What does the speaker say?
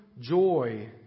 joy